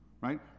Right